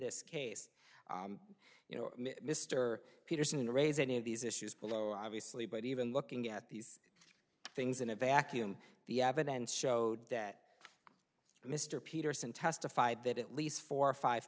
this case you know mr peterson to raise any of these issues but obviously but even looking at these things in a vacuum the evidence showed that mr peterson testified that at least four or five